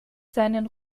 seinen